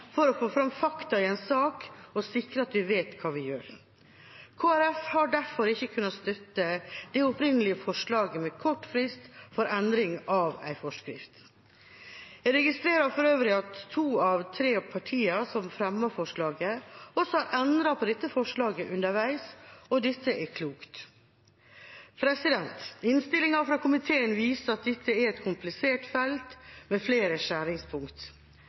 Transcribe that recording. for å få fram fakta i en sak og sikre at vi vet hva vi gjør. Kristelig Folkeparti har derfor ikke kunnet støtte det opprinnelige forslaget med kort frist for endring av en forskrift. Jeg registrerer for øvrig at to av tre partier som fremmet forslaget, også har endret på dette forslaget underveis. Dette er klokt. Innstillinga fra komiteen viser at dette er et komplisert felt med flere skjæringspunkt.